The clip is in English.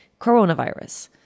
coronavirus